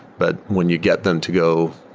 but when you get them to go,